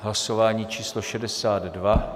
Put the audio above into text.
Hlasování číslo 62.